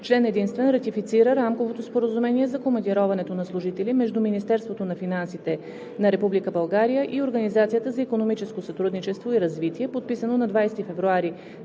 на финансите. Рамковото споразумение за командироването на служители между Министерството на финансите на Република България и Организацията за икономическо сътрудничество и развитие е подписано на 20 февруари